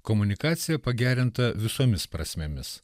komunikacija pagerinta visomis prasmėmis